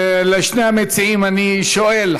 את שני המציעים אני שואל,